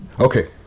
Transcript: Okay